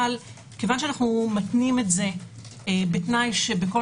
אבל כיוון שאנו מתנים את זה בתנאי שבכל